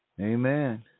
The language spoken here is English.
Amen